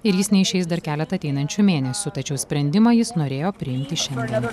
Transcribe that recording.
ir jis neišeis dar keletą ateinančių mėnesių tačiau sprendimą jis norėjo priimti šiandien